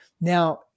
Now